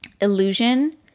illusion